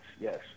yes